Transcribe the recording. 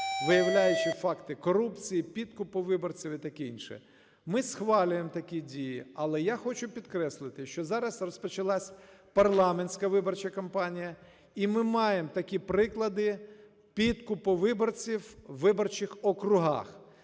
виявляючи факти корупції, підкупу виборців і таке інше. Ми схвалюємо такі дії, але я хочу підкреслити, що зараз розпочалась парламентська виборча кампанія і ми маємо такі приклади підкупу виборців у виборчих округах.